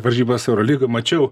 varžybas eurolygoj mačiau